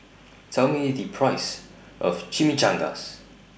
Tell Me The Price of Chimichangas